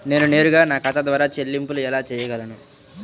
నేను నేరుగా నా ఖాతా ద్వారా చెల్లింపులు ఎలా చేయగలను?